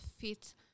fit